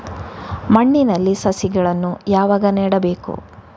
ಮಣ್ಣಿನಲ್ಲಿ ಸಸಿಗಳನ್ನು ಯಾವಾಗ ನೆಡಬೇಕು?